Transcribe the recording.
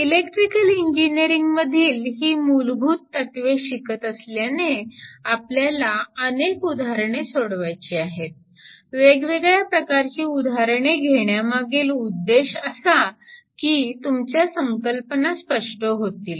electrical engineering मधील ही मूलभूत तत्वे शिकत असल्याने आपल्याला अनेक उदाहरणे सोडवायची आहेत वेगवेगळ्या प्रकारची उदाहरणे घेण्यामागील उद्देश असा की तुमच्या संकल्पना स्पष्ट होतील